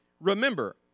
remember